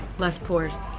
left pores.